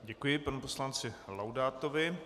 Děkuji panu poslanci Laudátovi.